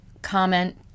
Comment